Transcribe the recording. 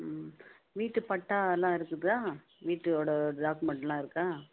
ம் வீட்டு பட்டா எல்லாம் இருக்குதா வீட்டோடய டாக்குமெண்டெல்லாம் இருக்கா